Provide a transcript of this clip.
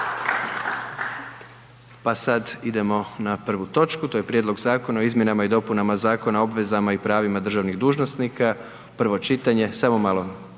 Pa sad idemo na prvu točku. To je: - Prijedlog zakona o Izmjenama i dopunama Zakona o obvezama i pravima državnih dužnosnika, prvo čitanje, P.Z. br.